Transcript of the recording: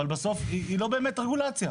אבל בסוף היא לא באמת רגולציה.